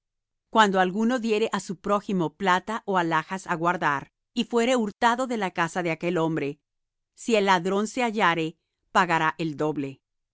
cuando alguno diere á su prójimo plata ó alhajas á guardar y fuere hurtado de la casa de aquel hombre si el ladrón se hallare pagará el doble